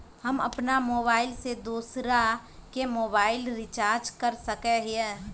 हम अपन मोबाईल से दूसरा के मोबाईल रिचार्ज कर सके हिये?